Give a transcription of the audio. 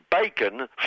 bacon